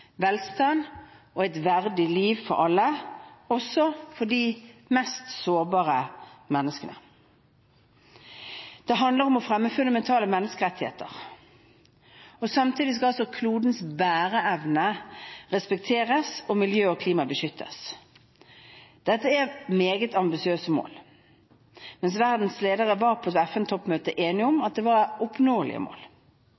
velstand og et verdig liv for alle, også for de mest sårbare menneskene. Det handler om å fremme fundamentale menneskerettigheter. Samtidig skal klodens bæreevne respekteres og miljø og klima beskyttes. Dette er meget ambisiøse mål, men verdens ledere var på FN-toppmøtet enige om at det var oppnåelige mål.